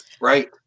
Right